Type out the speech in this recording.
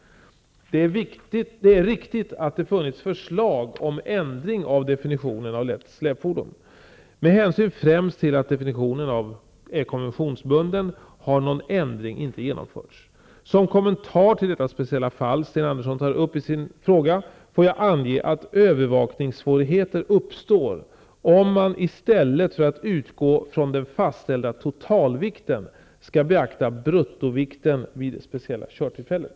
Det är riktigt att det funnits förslag om ändring av definitionen av lätt släpfordon. Med hänsyn främst till att definitionen är konventionsbunden har någon ändring inte genomförts. Som kommentar till det speciella fall Sten Andersson tar upp i sin fråga får jag ange att övervakningssvårigheter uppstår om man i stället för att utgå från den fastställda totalvikten skall beakta bruttovikten vid det speciella körtillfället.